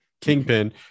kingpin